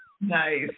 Nice